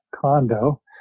condo